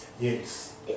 Yes